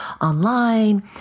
online